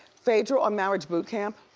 phaedra on marriage boot camp.